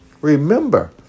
Remember